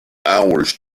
hours